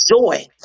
joy